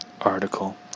article